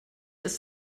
ist